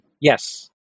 Yes